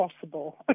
possible